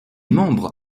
membres